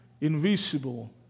invisible